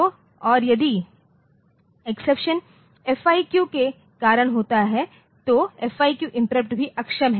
तो और यदि एक्सेप्शन फईक्यू के कारण होता है तो फईक्यू इंटरप्ट भी अक्षम हैं